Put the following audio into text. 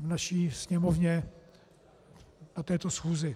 naší Sněmovně na této schůzi.